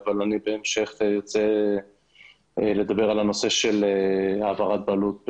אבל בהמשך אני ארצה לדבר על הנושא של העברת בעלות,